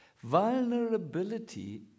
Vulnerability